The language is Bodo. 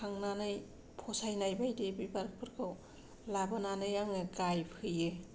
थांनानै फसायनाय बायदि बिबारफोरखौ लाबोनानै आङो गायफैयो